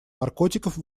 наркотиков